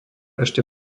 ešte